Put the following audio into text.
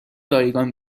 رایگان